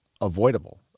avoidable